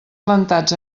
plantats